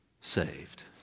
saved